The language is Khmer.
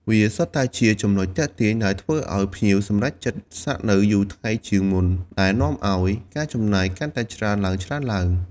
វាសុទ្ធតែជាចំណុចទាក់ទាញដែលធ្វើឱ្យភ្ញៀវសម្រេចចិត្តស្នាក់នៅយូរថ្ងៃជាងមុន ដែលនាំឱ្យការចំណាយកាន់តែច្រើនឡើងៗ។